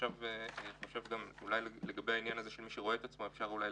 אולי לעניין מי שרואה עצמו זכאי,